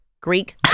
Greek